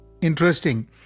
interesting